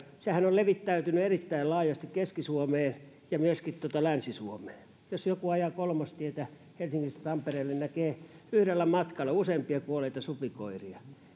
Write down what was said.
supikoiraa sehän on levittäytynyt erittäin laajasti keski suomeen ja myöskin länsi suomeen jos ajaa kolmostietä helsingistä tampereelle näkee yhdellä matkalla useampia kuolleita supikoiria